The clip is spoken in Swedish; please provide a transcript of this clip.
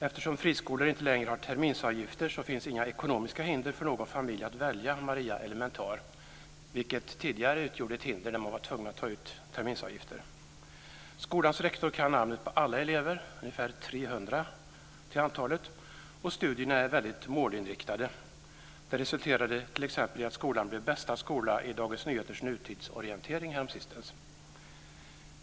Eftersom friskolor inte längre har terminsavgifter finns inga ekonomiska hinder för någon familj att välja Maria Elementar, vilket tidigare var ett hinder då man var tvungen att ta ut terminsavgifter. Skolans rektor kan namnet på alla elever, ungefär 300 till antalet, och studierna är väldigt målinriktade, vilket resulterade i att skolan blev bästa skola i DN:s Nutidsorientering häromsistens.